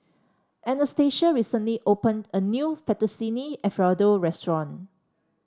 Anastacia recently opened a new Fettuccine Alfredo Restaurant